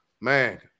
man